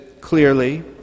clearly